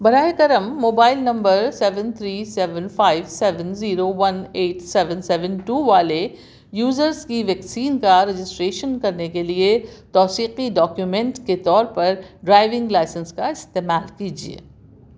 براہ کرم mobile number seven three seven five seven zero one eight seven seven two والے user کی vaccine کا رجسٹریشن کرنے کے لیے توثیقی ڈاکیومنٹ کے طور پر ڈرائیونگ لائسنس کا استعمال کیجیے